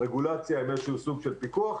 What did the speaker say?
רגולציה עם איזשהו סוג של פיקוח.